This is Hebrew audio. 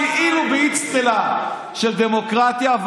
כאילו באצטלה של דמוקרטיה,